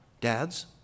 dads